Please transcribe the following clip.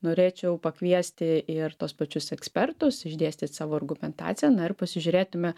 norėčiau pakviesti ir tuos pačius ekspertus išdėstyt savo argumentaciją na ir pasižiūrėtume